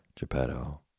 Geppetto